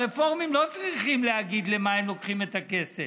הרפורמים לא צריכים להגיד למה הם לוקחים את הכסף.